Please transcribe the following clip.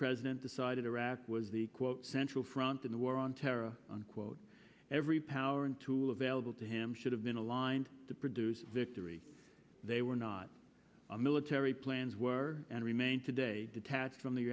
president decided iraq was the quote central front in the war on terror unquote every power and tool available to him should have been aligned to produce victory they were not a military plans were and remain today detached from the